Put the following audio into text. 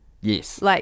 Yes